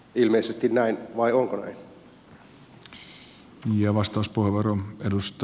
ilmeisesti näin vai onko näin